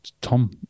Tom